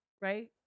right